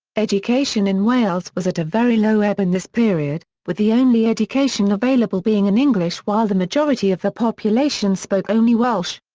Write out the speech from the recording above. education in wales was at a very low ebb in this period, with the only education available being in english while the majority of the population spoke only welsh.